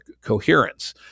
coherence